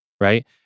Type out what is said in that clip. right